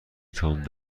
تند